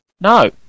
No